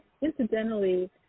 incidentally